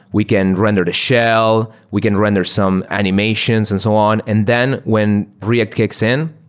we can render the shell. we can render some animations and so on. and then when react kicks in,